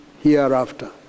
hereafter